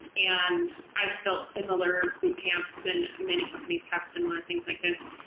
and i've built similar boot camps and many companies have similar things like this.